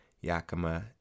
Yakima